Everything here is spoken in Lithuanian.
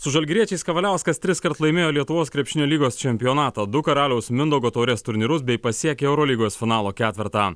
su žalgiriečiais kavaliauskas triskart laimėjo lietuvos krepšinio lygos čempionatą du karaliaus mindaugo taurės turnyrus bei pasiekė eurolygos finalo ketvertą